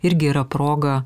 irgi yra proga